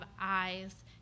eyes